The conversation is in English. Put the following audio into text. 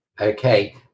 Okay